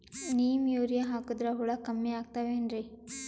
Neem urea ಹಾಕದ್ರ ಹುಳ ಕಮ್ಮಿ ಆಗತಾವೇನರಿ?